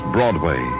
Broadway